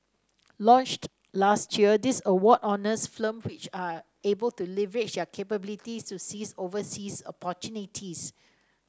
launched last year this award honours firms which are able to leverage their capabilities to seize overseas opportunities